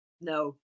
no